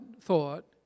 thought